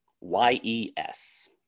Y-E-S